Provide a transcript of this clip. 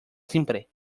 simple